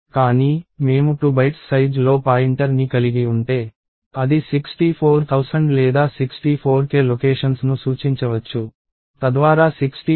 కానీ మేము 2 bytes size లో పాయింటర్ని కలిగి ఉంటే అది 64000 లేదా 64K లొకేషన్స్ ను సూచించవచ్చు తద్వారా 65536 లొకేషన్స్ ఉంటాయి